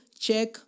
check